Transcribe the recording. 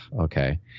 okay